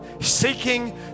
seeking